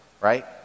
right